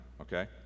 okay